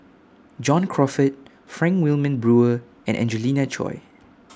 John Crawfurd Frank Wilmin Brewer and Angelina Choy